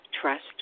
trust